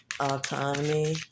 autonomy